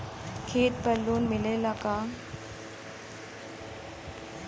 खेत पर लोन मिलेला का?